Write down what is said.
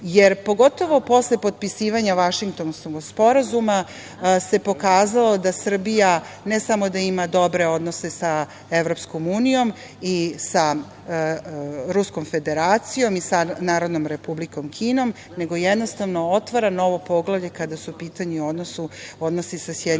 jer pogotovo posle potpisivanje Vašingtonskog sporazuma se pokazalo da Srbija ne samo da ima dobre odnose sa EU i sa Ruskom Federacijom i sa Narodnom Republikom Kinom, nego jednostavno, otvara novo poglavlje kada su u pitanju odnosi sa SAD.Znači,